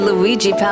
Luigi